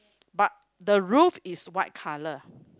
but the roof is white colour